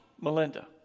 Melinda